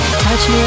Touch